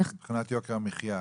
מבחינת יוקר המחייה.